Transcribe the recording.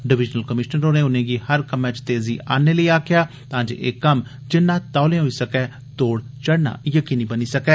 divisional commissioner होरे उनेंगी हर कम्मै च तेजी आनने लेई आक्खेआ तां जे एह कम्म जिन्ना तौले होई सकै तोड़ चढ़ना यकीनी बनी सकै